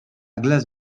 glace